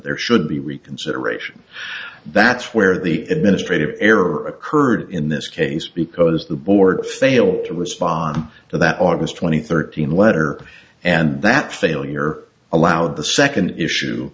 there should be reconsideration that's where the administrative error occurred in this case because the board failed to respond to that august twenty thirty in letter and that failure allowed the second issue